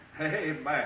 Amen